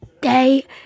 day